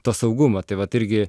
to saugumo tai vat irgi